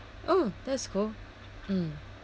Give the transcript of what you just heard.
oh that's cool mm